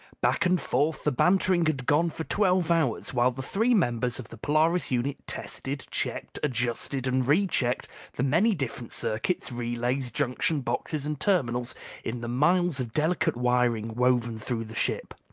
back and forth the bantering had gone for twelve hours, while the three members of the polaris unit tested, checked, adjusted, and rechecked the many different circuits, relays, junction boxes, and terminals in the miles of delicate wiring woven through the ship.